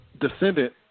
descendant